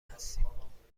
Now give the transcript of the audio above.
هستیم